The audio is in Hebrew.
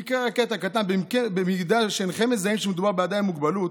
אקרא קטע קטן: "במידה שאינכם מזהים שמדובר באדם עם מוגבלות,